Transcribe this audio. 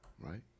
right